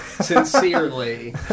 Sincerely